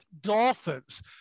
dolphins